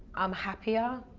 i'm happier.